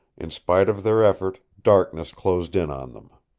in spite of their effort, darkness closed in on them.